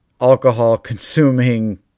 alcohol-consuming